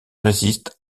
résiste